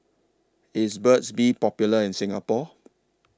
IS Burt's Bee Popular in Singapore